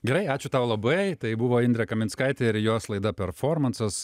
gerai ačiū tau labai tai buvo indrė kaminskaitė ir jos laida performansas